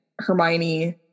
Hermione